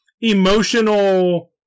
emotional